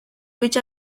which